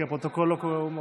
כי הפרוטוקול לא קורא הומור.